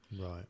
right